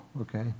okay